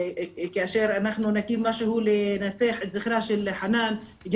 כאשר אנחנו נקים משהו להנציח את זכרה של חנאן אנחנו